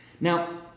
Now